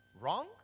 wrong